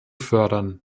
fördern